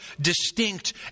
distinct